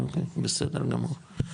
אוקי, בסדר גמור.